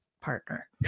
partner